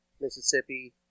mississippi